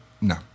No